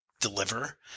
deliver